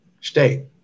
state